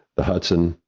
the hudson,